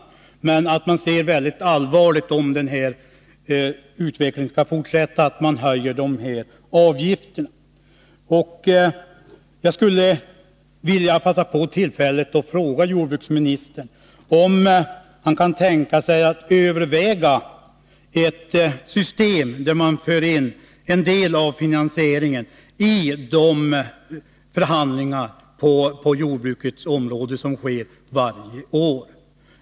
Däremot ser man det som allvarligt om man fortsätter att höja avgifterna. Jag skulle vilja passa på tillfället att fråga jordbruksministern om han kan tänka sig att överväga ett system där man för in en del av finansieringen i de förhandlingar på jordbrukets område som sker varje år.